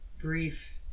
brief